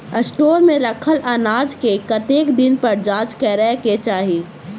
Store मे रखल अनाज केँ कतेक दिन पर जाँच करै केँ चाहि?